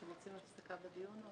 אתם רוצים הפסקה בדיון?